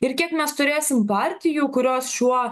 ir kiek mes turėsim partijų kurios šiuo